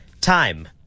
time